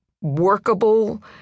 workable